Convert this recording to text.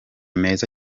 meza